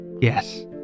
yes